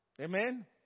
Amen